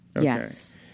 Yes